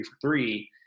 three